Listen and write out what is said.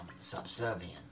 subservient